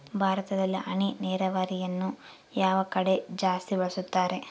ಭಾರತದಲ್ಲಿ ಹನಿ ನೇರಾವರಿಯನ್ನು ಯಾವ ಕಡೆ ಜಾಸ್ತಿ ಬಳಸುತ್ತಾರೆ?